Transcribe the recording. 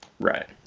Right